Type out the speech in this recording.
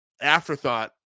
afterthought